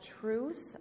truth